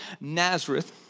Nazareth